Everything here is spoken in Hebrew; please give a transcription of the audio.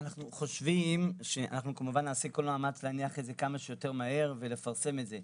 אנחנו כמובן נעשה כל מאמץ להניח את זה כמה שיותר מהר ולפרסם את זה,